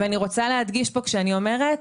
ואני רוצה להדגיש פה כשאני אומרת,